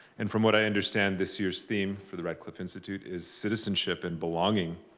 and from what i understand, this year's theme, for the radcliffe institute, is citizenship and belonging.